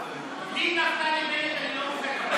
בלי נפתלי בנט אני לא מוחא כפיים.